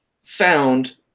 found